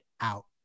out